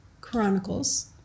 chronicles